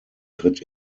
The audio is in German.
tritt